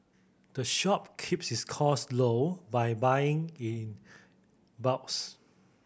the shop keeps its cost low by buying in bulks